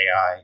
AI